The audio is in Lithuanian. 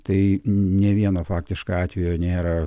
tai ne vieno faktiškai atvejo nėra